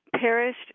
perished